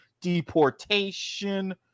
deportation